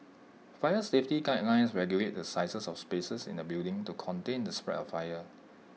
fire safety guidelines regulate the sizes of spaces in A building to contain the spread of fire